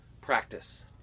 practice